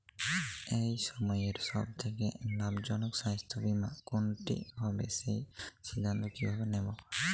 এই সময়ের সব থেকে লাভজনক স্বাস্থ্য বীমা কোনটি হবে সেই সিদ্ধান্ত কীভাবে নেব?